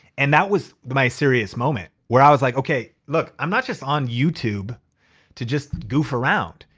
and that was my serious moment where i was like, okay, look, i'm not just on youtube to just goof around.